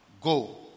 Go